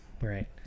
right